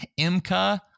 Imka